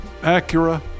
Acura